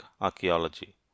archaeology